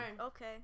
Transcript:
Okay